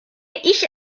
ich